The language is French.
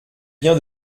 bien